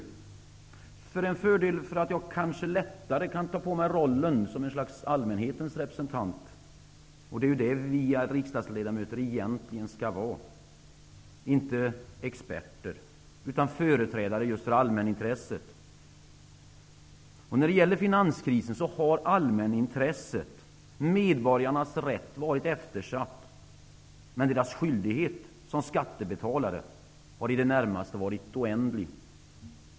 Det är en fördel, då jag kanske lättare kan ta på mig rollen som allmänhetens representant. Det är ju det vi riksdagsledamöter egentligen skall vara; inte experter, utan företrädare just för allmänintresset. När det gäller finanskrisen har allmänintresset, medborgarnas rätt, varit eftersatt, men deras skyldighet som skattebetalare har i det närmaste varit oändlig.